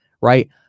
right